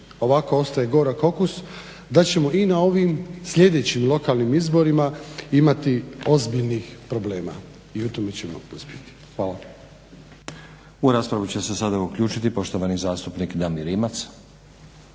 Ovako ostaje gorak okus da ćemo i na ovim sljedećim lokalnim izborima imati ozbiljnih problema i u tome ćemo uspjeti. Hvala. **Stazić, Nenad (SDP)** U raspravu će se sada uključiti poštovani zastupnik Damir Rimac.